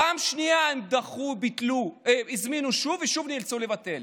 פעם שנייה הם הזמינו, שוב, ושוב נאלצו לבטל.